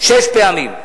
שש פעמים.